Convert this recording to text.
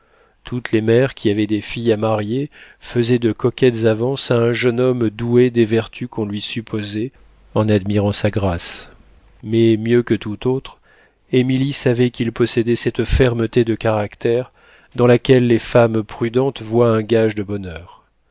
toutes les mères qui avaient des filles à marier faisaient de coquettes avances à un jeune homme doué des vertus qu'on lui supposait en admirant sa grâce mais mieux que toute autre émilie savait qu'il possédait cette fermeté de caractère dans laquelle les femmes prudentes voient un gage de bonheur